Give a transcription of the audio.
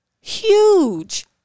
huge